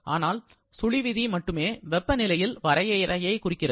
ஆனால் சுழி விதி மட்டுமே வெப்பநிலையில் வரையறையை கொடுக்கிறது